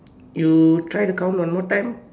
you try to count one more time